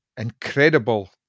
incredible